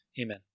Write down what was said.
Amen